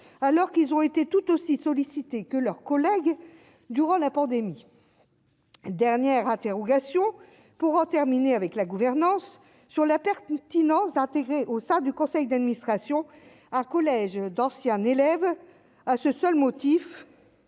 alors qu'ils ont été tout aussi sollicités que leurs collègues durant la pandémie. Dernière interrogation pour en terminer avec la gouvernance sur la perte Poutine intégrer au sein du conseil d'administration, un collège d'ancien élève à ce seul motif